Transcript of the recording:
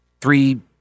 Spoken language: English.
three